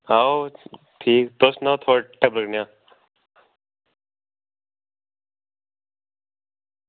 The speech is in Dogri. आओ ठीक तुस सनाओ थुआढ़ा टब्बर कनेहा